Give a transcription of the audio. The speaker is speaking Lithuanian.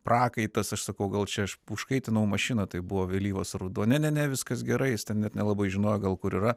prakaitas aš sakau gal čia aš užkaitinau mašiną tai buvo vėlyvas ruduo ne ne ne viskas gerai jis ten net nelabai žinojo gal kur yra